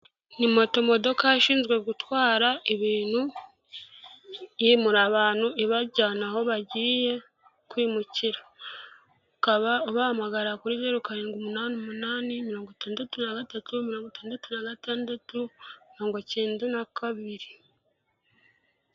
Ni moto modoka ishinzwe gutwara ibintu yimura abantu ibajyana aho bagiye kwimukira, ukaba ubahamagara kuri zeru karindwi umunani umunani mirongo itandatu na gatatu mirongo itandatu na gatandatu mirongo cyenda na kabiri.